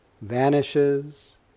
vanishes